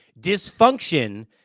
dysfunction